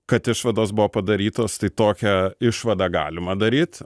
kad išvados buvo padarytos tai tokią išvadą galima daryt